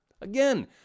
Again